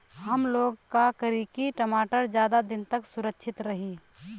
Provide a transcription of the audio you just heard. हमलोग का करी की टमाटर ज्यादा दिन तक सुरक्षित रही?